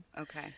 Okay